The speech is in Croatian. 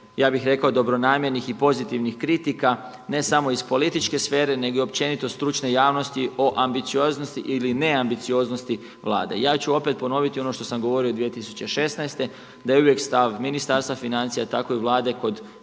ja bih rekao dobronamjernih i pozitivnih kritika, ne samo iz političke sfere nego i općenito stručne javnosti o ambicioznosti ili neambicioznosti Vlade. Ja ću opet ponoviti ono što sam govorio 2016. da je uvijek stav Ministarstva financija tako i Vlade